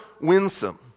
winsome